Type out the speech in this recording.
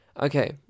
okay